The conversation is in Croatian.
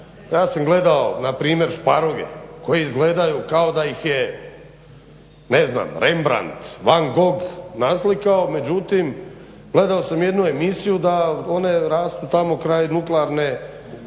Ja sam gledao npr. šparoge koje izgledaju kao da ih je Rambarde, Van Gogh naslikao. Međutim gledao sam jednu emisiju da one rastu tamo kraj nuklearne